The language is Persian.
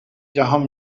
جهان